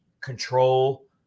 control